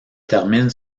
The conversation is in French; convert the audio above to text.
termine